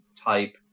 type